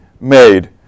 made